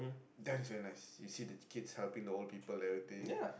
that is very nice you see the kids helping the old people everything